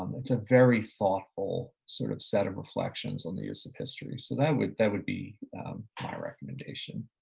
um it's a very thoughtful sort of set of reflections on the use of history. so that would, that would be my recommendation.